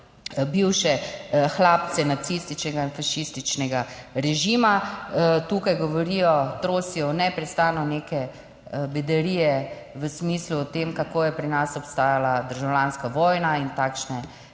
bivše hlapce nacističnega in fašističnega režima. Tukaj govorijo, trosijo neprestano neke bedarije, v smislu o tem kako je pri nas obstajala državljanska vojna in takšne